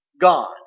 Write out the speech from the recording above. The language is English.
God